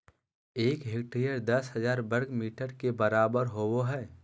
एक हेक्टेयर दस हजार वर्ग मीटर के बराबर होबो हइ